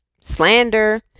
slander